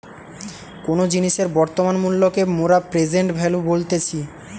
কোনো জিনিসের বর্তমান মূল্যকে মোরা প্রেসেন্ট ভ্যালু বলতেছি